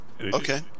Okay